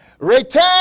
Return